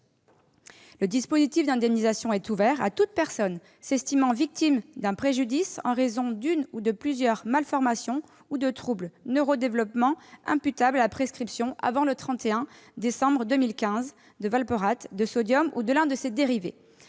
Le dispositif d'indemnisation est ouvert à toute personne s'estimant victime d'un préjudice en raison d'une ou de plusieurs malformations ou de troubles du neuro-développement imputables à la prescription, avant le 31 décembre 2015, de valproate de sodium ou de l'un de ses dérivés.